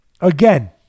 again